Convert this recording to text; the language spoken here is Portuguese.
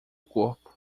corpo